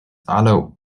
aller